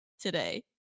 today